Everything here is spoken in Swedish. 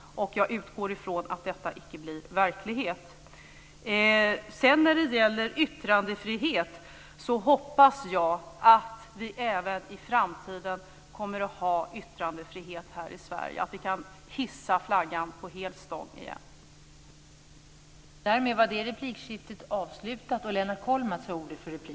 Jag utgår från att detta icke blir verklighet. När det sedan gäller yttrandefriheten hoppas jag att vi även i framtiden kommer att ha en sådan i Sverige, så att vi återigen kan hissa flaggan på hel stång.